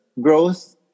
growth